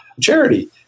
charity